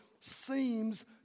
seems